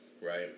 right